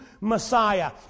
Messiah